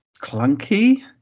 clunky